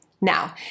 Now